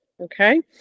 Okay